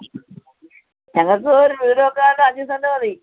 ഞങ്ങൾക്ക് ഒര് വീട് വെക്കാൻ അഞ്ച് സെൻറ്റ് മതി